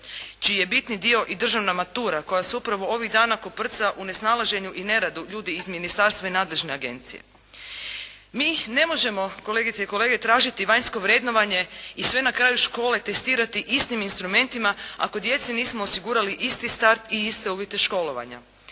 čiji je bitni dio i državna matura koja se upravo ovih dana koprca u nesnalaženju i neradu ljudi iz ministarstva i nadležne agencije. Mi ih ne možemo, kolegice i kolege, tražiti vanjsko vrednovanje i sve na kraju škole testirati istim instrumentima ako djeci nismo osigurali isti start i iste uvjete školovanja.